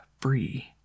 free